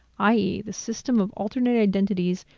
ie the system of alternate identities,